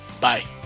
Bye